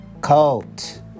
cult